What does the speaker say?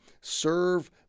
serve